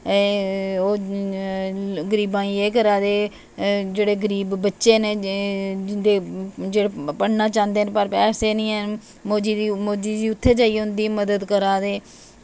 की ओह् गरीबां ई एह् करा दे जेह्ड़े गरीब बच्चे न जिंदे जो बनना चाहदे पर पैसे निं हैन मोदी जी उत्थें जाइयै उंदी मदद करा दे